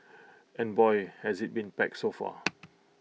and boy has IT been packed so far